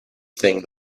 thing